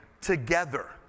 together